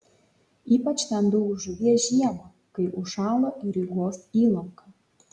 ypač ten daug žuvies žiemą kai užšąla rygos įlanka